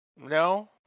no